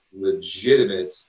legitimate